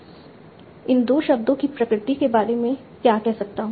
मैं इन 2 शब्दों की प्रकृति के बारे में क्या कह सकता हूं